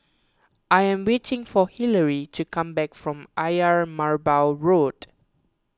I am waiting for Hilary to come back from Ayer Merbau Road